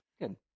good